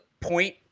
point